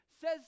says